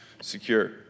secure